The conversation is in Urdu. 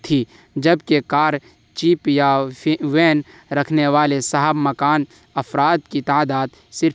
تھی جبکہ کار جیپ یا وین رکھنے والے صاحب مکان افراد کی تعداد صرف